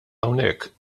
hawnhekk